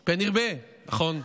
נכון.